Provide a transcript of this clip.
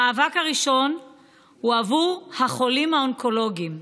המאבק הראשון הוא עבור החולים האונקולוגיים.